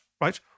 right